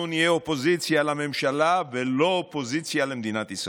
אנחנו נהיה אופוזיציה לממשלה ולא אופוזיציה למדינת ישראל.